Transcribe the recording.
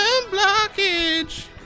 blockage